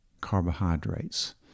carbohydrates